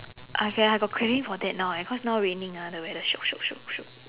okay I got craving for that now eh cause now raining ah the weather shiok shiok shiok shiok